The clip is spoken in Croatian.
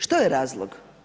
Što je razlog?